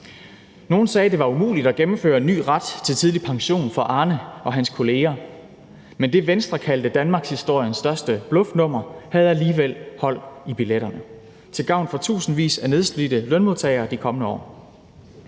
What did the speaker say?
Nogle sagde, at det var umuligt at gennemføre en ny ret til tidlig pension for Arne og hans kolleger. Men det, Venstre kaldte for danmarkshistoriens største bluffnummer, havde alligevel hold i billetterne – til gavn for tusindvis af nedslidte lønmodtagere i de kommende år.